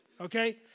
okay